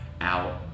out